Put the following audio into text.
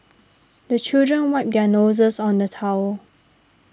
the children wipe their noses on the towel